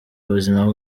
ubuzima